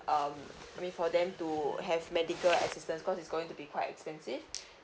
um I mean for them to have medical assitance cause is going to be quite expensive